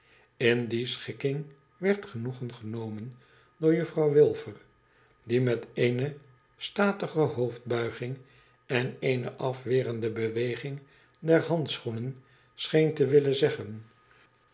in die schikking werd genoegen genomen door juffrouw wufer die meteene statige hoofdbuiging en eene afwerende beweging der handschoenen scheen te willen zeggen